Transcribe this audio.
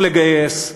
לא לגייס,